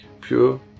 Pure